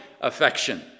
affection